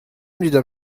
دیدم